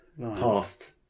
past